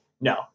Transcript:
No